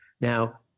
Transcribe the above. Now